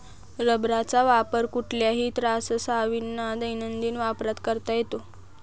रबराचा वापर कुठल्याही त्राससाविना दैनंदिन वापरात करता येतो